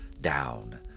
down